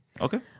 Okay